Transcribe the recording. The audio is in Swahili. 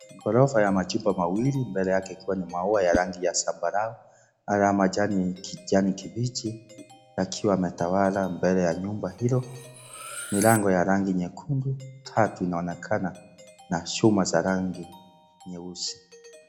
Ghorofa ya majumba wawili mbele yake ikiwa ni maua ya rangi ya zambarau, na majani ya kijani kibichi yakiwa yametawala mbele ya nyumba hilo milango ya rangi nyekundu, tatu inaonekana na shuma za rangi nyeusi.